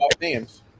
names